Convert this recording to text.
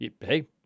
hey